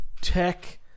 tech